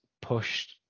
pushed